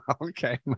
okay